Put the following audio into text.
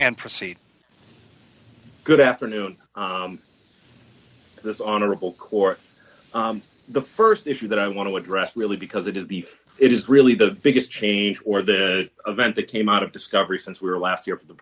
and proceed good afternoon this honorable court the st issue that i want to address really because it is the it is really the biggest change or the event that came out of discovery since we were last year of the